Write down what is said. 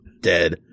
Dead